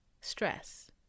Stress